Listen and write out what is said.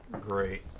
great